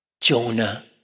Jonah